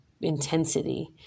intensity